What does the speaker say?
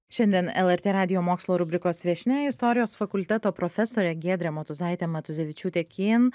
šiandien lrt radijo mokslo rubrikos viešnia istorijos fakulteto profesorė giedrė motuzaitė matuzevičiūtė kin